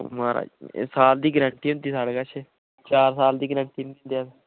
महाराज साल दी गैरेंटी होंदी साढ़े कश चार साल दी गैरेंटी दिंदे अस